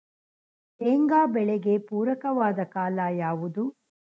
ಶೇಂಗಾ ಬೆಳೆಗೆ ಪೂರಕವಾದ ಕಾಲ ಯಾವುದು?